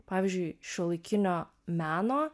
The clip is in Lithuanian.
pavyzdžiui šiuolaikinio meno